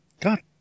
God